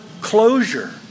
closure